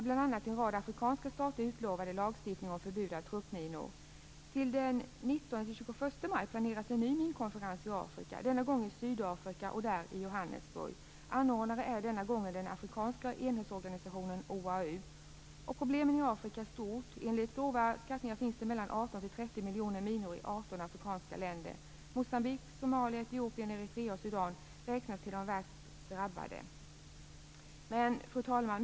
Bl.a. en rad afrikanska stater utlovade lagstiftning för förbud av truppminor. Den 19-21 maj planeras en ny minkonferens i Afrika. Denna gång skall den vara i Sydafrika, i Johannesburg. Anordnare är denna gång den afrikanska enhetsorganisationen OAU. Problemen i Afrika är stora. Enligt grova skattningar finns det 18 30 miljoner minor i 18 afrikanska länder. Moçambique, Somalia, Etiopien, Eritrea och Sudan räknas till de värst drabbade. Fru talman!